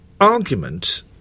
argument